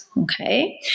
Okay